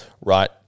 right